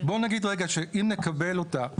בוא נגיד רגע שאם נקבל אותה,